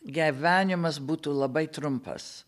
gevenimas būtų labai trumpas